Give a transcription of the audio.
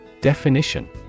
Definition